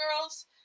girls